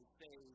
say